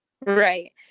Right